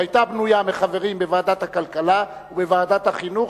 שהיתה בנויה מחברים בוועדת הכלכלה ובוועדת החינוך,